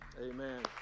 amen